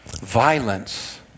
violence